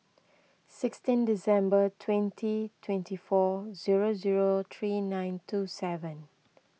sixteen December twenty twenty four zero zero three nine two seven